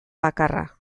bakarra